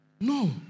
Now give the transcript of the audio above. No